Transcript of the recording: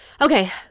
okay